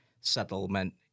settlement